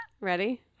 ready